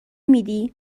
میدی